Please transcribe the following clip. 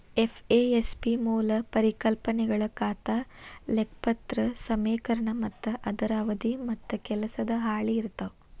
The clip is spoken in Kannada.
ಎಫ್.ಎ.ಎಸ್.ಬಿ ಮೂಲ ಪರಿಕಲ್ಪನೆಗಳ ಖಾತಾ ಲೆಕ್ಪತ್ರ ಸಮೇಕರಣ ಮತ್ತ ಅದರ ಅವಧಿ ಮತ್ತ ಕೆಲಸದ ಹಾಳಿ ಇರ್ತಾವ